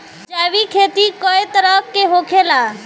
जैविक खेती कए तरह के होखेला?